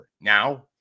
Now